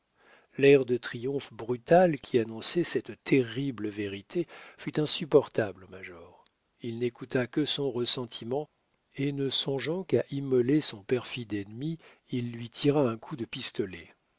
l'air de triomphe brutal qui annonçait cette terrible vérité fut insupportable au major il n'écouta que son ressentiment et ne songeant qu'à immoler son perfide ennemi il lui tira un coup de pistolet